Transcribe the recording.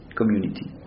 community